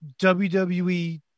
WWE